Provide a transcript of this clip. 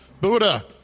Buddha